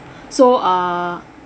so uh